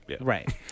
Right